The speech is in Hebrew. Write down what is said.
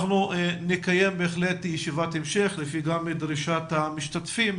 אנחנו נקיים ישיבת המשך לפי דרישת המשתתפים